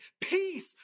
Peace